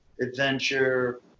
adventure